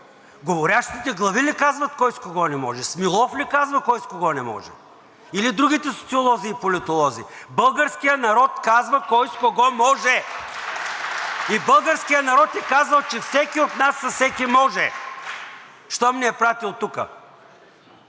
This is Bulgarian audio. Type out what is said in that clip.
говорящите глави ли казват кой с кого не може?! Смилов ли казва кой с кого не може, или другите социолози и политолози?! Българският народ казва кой с кого може. (Ръкопляскания от ДПС.) И българският народ е казал, че всеки от нас с всеки може, щом ни е пратил тук.